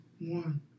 one